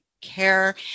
care